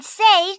say